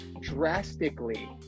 drastically